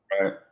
Right